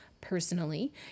personally